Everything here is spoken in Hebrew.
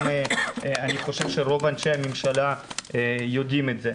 אני חושב שרוב הממשלה יודעים את זה.